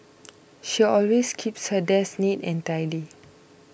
she always keeps her desk neat and tidy